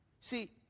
see